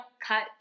cut